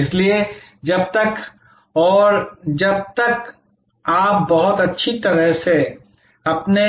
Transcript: इसलिए जब तक और जब तक आप बहुत अच्छी तरह से अपने